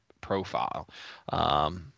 profile